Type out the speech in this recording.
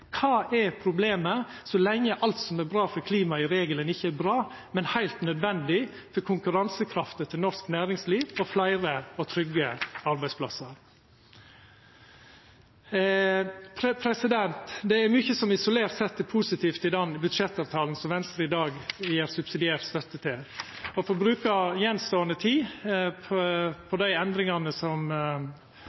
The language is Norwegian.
Kva er problemet, så lenge alt som er bra for klimaet, i regelen ikkje berre er bra, men heilt nødvendig for konkurransekrafta til norsk næringsliv og fleire og trygge arbeidsplassar? Det er mykje som isolert sett er positivt i den budsjettavtalen som Venstre i dag gjev subsidiær støtte til. For å bruka attståande tid på dei endringane som